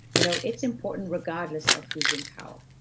you know it's important regardless of who's in power.